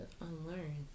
unlearn